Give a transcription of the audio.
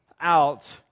out